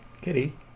Kitty